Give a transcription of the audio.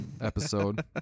episode